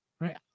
right